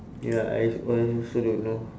ya I one also don't know